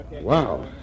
Wow